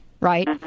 Right